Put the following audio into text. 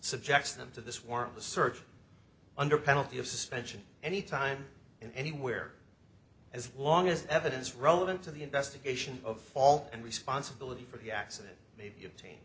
subjects them to this warrantless search under penalty of suspension anytime and anywhere as long as evidence relevant to the investigation of fault and responsibility for the accident may be obtain